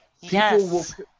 Yes